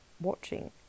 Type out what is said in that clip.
watching